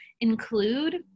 include